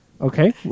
Okay